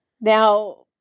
Now